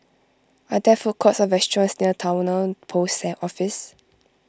are there food courts or restaurants near Towner Post Office